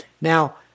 Now